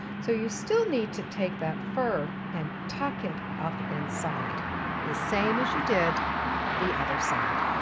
so you still need to take that fur and tuck it up inside the same as you did the other side.